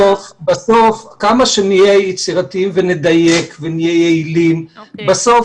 כמה שנהיה יצירתיים ונדייק ונהיה יעילים בסוף